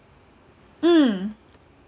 mm